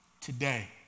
today